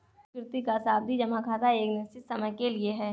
सुकृति का सावधि जमा खाता एक निश्चित समय के लिए है